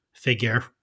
figure